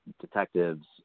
detectives